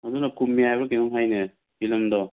ꯑꯗꯨꯅ ꯀꯨꯝꯃꯦ ꯍꯥꯏꯕ꯭ꯔꯥ ꯀꯩꯅꯣꯝ ꯍꯥꯏꯅꯦ ꯐꯤꯂꯝꯗꯣ